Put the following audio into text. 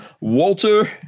walter